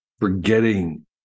forgetting